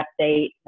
update